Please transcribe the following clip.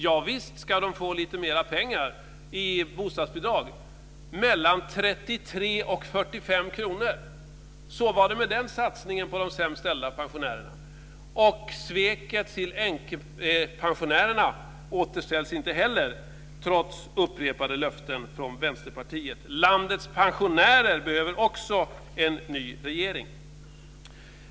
Javisst ska de få lite mer pengar i bostadsbidrag - mellan 33 och 45 kr! Så var det med den satsningen på de sämst ställda pensionärerna. När det gäller sveket mot änkepensionärerna återställer man inte heller där, trots upprepade löften från Vänsterpartiet. Landets pensionärer behöver en ny regering.